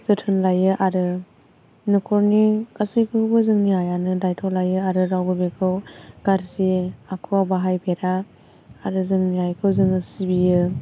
जोथोन लायो आरो न'खरनि गासैखोबो जोंनि आइआनो दायथ' लायो आरो रावबो बेखौ गाज्रि आखुवाव बाहायफेरा आरो जोंनि आइखौ जोङो सिबियो